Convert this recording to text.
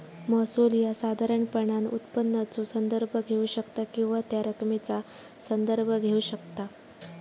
महसूल ह्या साधारणपणान उत्पन्नाचो संदर्भ घेऊ शकता किंवा त्या रकमेचा संदर्भ घेऊ शकता